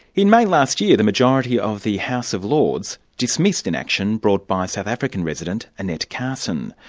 in may last year, the majority of the house of lords dismissed an action brought by south african resident, annette carson.